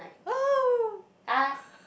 !whoo!